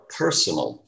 personal